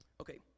Okay